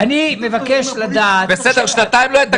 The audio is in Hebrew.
מתי קיבלתם את התבחינים ממשרד העבודה והרווחה,